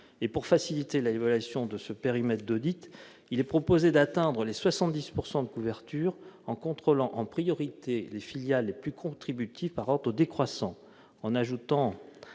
Pour faciliter l'évaluation de ce périmètre d'audit, il est proposé d'atteindre les 70 % de couverture en contrôlant en priorité les filiales les plus contributives, par ordre décroissant. Cette